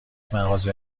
مغازه